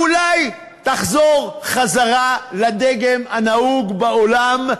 אולי תחזור לדגם הנהוג בעולם,